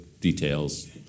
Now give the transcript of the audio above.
details